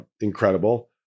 incredible